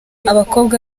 abakobwa